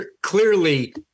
clearly